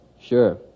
Sure